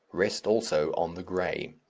rest also on the grey.